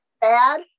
bad